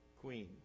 queen